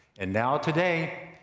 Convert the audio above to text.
and now today,